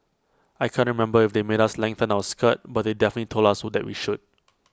I can't remember if they made us lengthen our skirt but they definitely told us what that we should